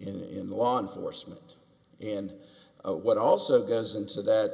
in law enforcement and what also goes into that